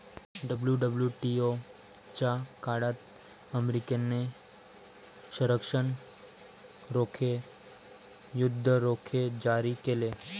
WWTO च्या काळात अमेरिकेने संरक्षण रोखे, युद्ध रोखे जारी केले